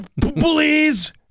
please